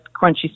crunchy